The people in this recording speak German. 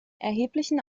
erheblichen